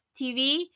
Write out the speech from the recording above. TV